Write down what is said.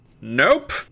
Nope